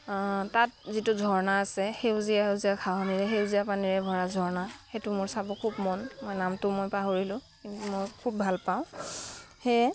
তাত যিটো ঝৰ্ণা আছে সেউজীয়া সেউজীয়া ঘাঁহনিৰে সেউজীয়া পানীৰে ভৰা ঝৰ্ণা সেইটো মোৰ চাব খুব মন মই নামটো মই পাহৰিলোঁ কিন্তু মই খুব ভাল পাওঁ সেয়ে